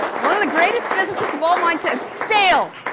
one of the greatest physicists, of all minds, had failed,